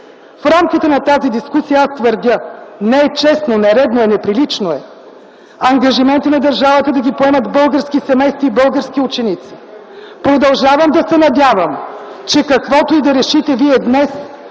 В рамките на тази дискусия аз твърдя: не е честно, не е редно, неприлично е ангажиментите на държавата да ги поемат българските семейства и българските ученици. Продължавам да се надявам, че каквото и да решите днес